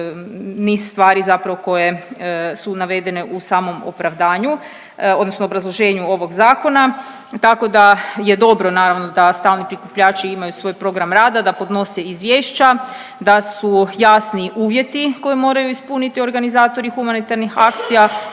niz stvari koje su navedene u samom opravdanju odnosno obrazloženju ovog zakona tako da je dobro naravno da stalni prikupljači imaju svoj program rada, da podnose izvješća, da su jasni uvjeti koje moraju ispuniti organizatori humanitarnih akcija,